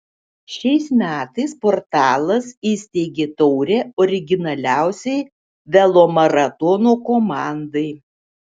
šiais metais portalas įsteigė taurę originaliausiai velomaratono komandai